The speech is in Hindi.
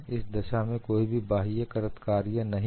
इस दशा में कोई भी बाह्य कृत कार्य नहीं है